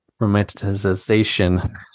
romanticization